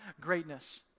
greatness